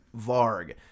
Varg